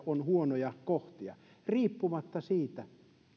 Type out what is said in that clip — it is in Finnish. on huonoja kohtia riippumatta siitä